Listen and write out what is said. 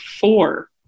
four